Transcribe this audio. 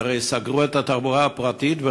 כי הרי סגרו את התחבורה הפרטית,